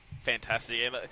fantastic